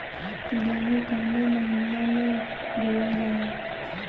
गेहूँ कवने महीना में बोवल जाला?